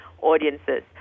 audiences